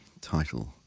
title